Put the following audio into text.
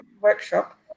workshop